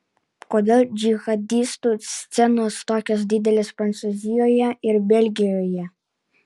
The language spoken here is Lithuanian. kodėl džihadistų scenos tokios didelės prancūzijoje ir belgijoje